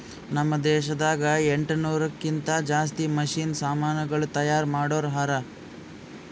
ನಾಮ್ ದೇಶದಾಗ ಎಂಟನೂರಕ್ಕಿಂತಾ ಜಾಸ್ತಿ ಮಷೀನ್ ಸಮಾನುಗಳು ತೈಯಾರ್ ಮಾಡೋರ್ ಹರಾ